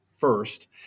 First